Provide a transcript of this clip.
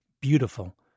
beautiful